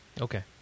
Okay